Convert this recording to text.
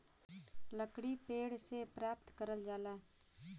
लकड़ी पेड़ से प्राप्त करल जाला